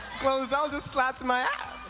glozell just slapped my ah